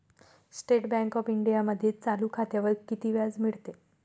State bank of इंडियामध्ये चालू खात्यावर किती व्याज मिळते?